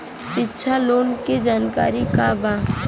शिक्षा लोन के जानकारी का बा?